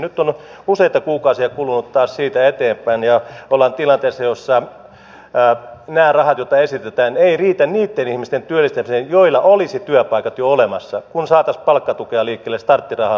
nyt on useita kuukausia kulunut taas siitä eteenpäin ja ollaan tilanteessa jossa nämä rahat joita esitetään eivät riitä niitten ihmisten työllistämiseen joilla olisi työpaikat jo olemassa kun saataisiin palkkatukea liikkeelle starttirahaa liikkeelle